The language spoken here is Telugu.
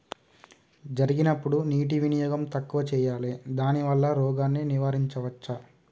జరిగినప్పుడు నీటి వినియోగం తక్కువ చేయాలి దానివల్ల రోగాన్ని నివారించవచ్చా?